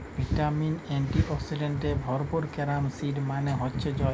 vitamin, antioxidants এ ভরপুর carom seed মালে হচ্যে জয়াল